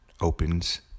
opens